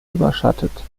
überschattet